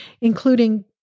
including